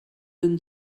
been